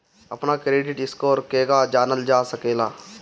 अपना credit score केगा जानल जा सकेला?